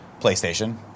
PlayStation